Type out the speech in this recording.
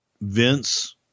Vince